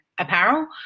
Apparel